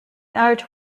art